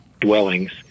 dwellings